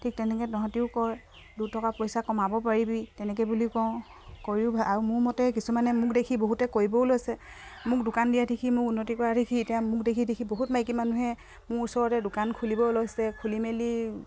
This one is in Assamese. ঠিক তেনেকে তহঁতিও কৰ দুটকা পইচা কমাব পাৰিবি তেনেকে বুলি কওঁ কৰিও আৰু মোৰ মতে কিছুমানে মোক দেখি বহুতে কৰিবও লৈছে মোক দোকান দিয়া থাকি মোক উন্নতি কৰা দেখি এতিয়া মোক দেখি দেখি বহুত মাইকী মানুহে মোৰ ওচৰতে দোকান খুলিবও লৈছে খুলি মেলি